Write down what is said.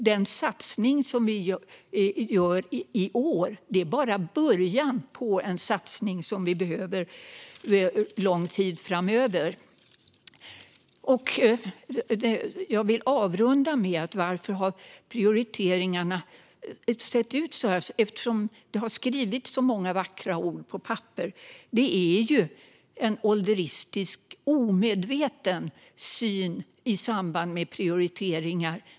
Den satsning som vi gör i år är bara början på en satsning som vi behöver lång tid framöver. Jag vill avrunda med att fråga följande: Varför har prioriteringarna sett ut så här? Det har skrivits så många vackra ord på papper. Det finns en ålderistisk omedveten syn i samband med prioriteringar.